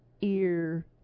ear